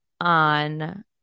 on